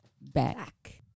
back